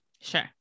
sure